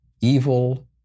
evil